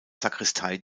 sakristei